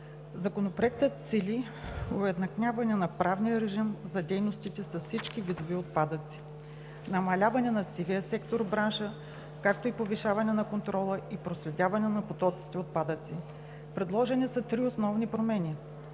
Законопроектът цели уеднаквяване на правния режим за дейностите с всички видове отпадъци, намаляване на сивия сектор в бранша, както и повишаване на контрола и проследяването на потоците отпадъци. Предложени са 3 основни промени: